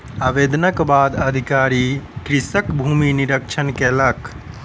आवेदनक बाद अधिकारी कृषकक भूमि निरिक्षण कयलक